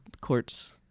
courts